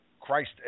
Christ